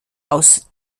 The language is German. aus